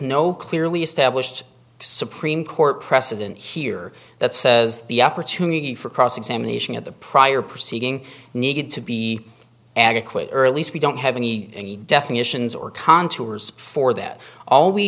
no clearly established supreme court precedent here that says the opportunity for cross examination at the prior proceeding needed to be adequate early so we don't have any definitions or contours for that all we